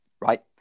right